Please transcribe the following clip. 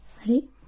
Ready